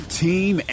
team